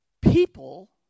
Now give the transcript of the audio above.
people